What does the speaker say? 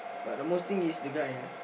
but the most thing is the guy ah